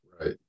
Right